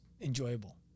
enjoyable